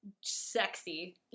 Sexy